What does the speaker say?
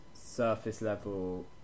surface-level